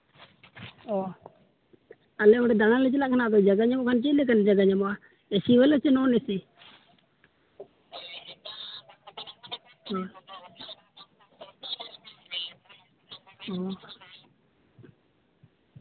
ᱚᱸᱻ ᱟᱞᱮ ᱚᱸᱰᱮ ᱫᱟᱬᱟᱱ ᱞᱮ ᱪᱟᱞᱟᱜ ᱠᱟᱱᱟ ᱟᱫᱚ ᱡᱟᱭᱜᱟ ᱧᱟᱢᱚᱜ ᱠᱷᱟᱱ ᱪᱮᱫ ᱞᱮᱠᱟᱱ ᱡᱟᱭᱜᱟ ᱧᱟᱢᱚᱜᱼᱟ ᱮᱥᱤ ᱵᱟᱞᱟ ᱥᱮ ᱱᱚᱱ ᱮᱥᱤ ᱚᱸᱻ